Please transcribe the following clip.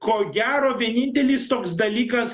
ko gero vienintelis toks dalykas